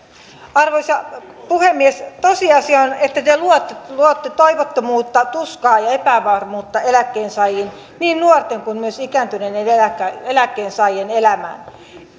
arvoisa puhemies tosiasia on että te luotte luotte toivottomuutta tuskaa ja epävarmuutta eläkkeensaajille niin nuorten kuin myös ikääntyneiden eläkkeensaajien elämään